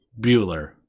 Bueller